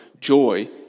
joy